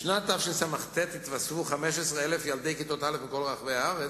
בשנת תשס"ט התווספו 15,000 ילדי כיתות א' מכל רחבי הארץ,